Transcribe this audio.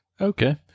Okay